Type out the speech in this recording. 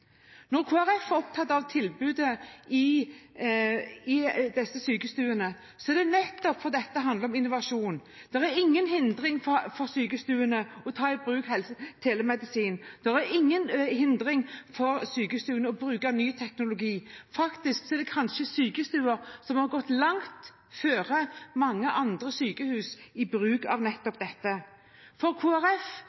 Når Kristelig Folkeparti er opptatt av tilbudet i disse sykestuene, er det nettopp fordi det handler om innovasjon. Det er ingen hindring for sykestuene når det gjelder å ta i bruk telemedisin, det er ingen hindring for sykestuene når det gjelder å bruke nye teknologi. Faktisk har kanskje sykestuene gått langt foran mange sykehus i bruk av nettopp dette. For